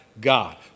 God